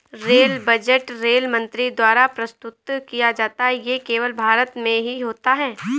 rail budget rail मंत्री द्वारा प्रस्तुत किया जाता है ये केवल भारत में ही होता है